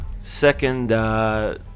second